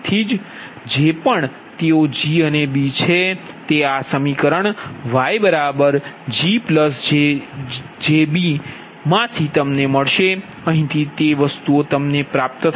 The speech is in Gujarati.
તેથીજે પણ તેઓ G અને B છે તે આ સમીકરણ Y G jB માંથી તમને મળશે અહીંથી તે વસ્તુ ઓ તમને મળશે